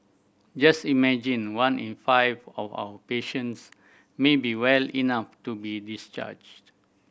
just imagine one in five of our patients may be well enough to be discharged